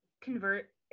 convert